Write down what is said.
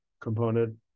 component